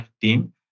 team